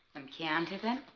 some chianti then